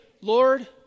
Lord